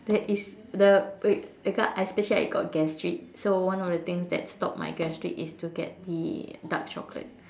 there is the wait becau~ especially I got gastric so one of the things that stopped my gastric is to get the dark chocolate